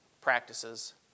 practices